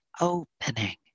opening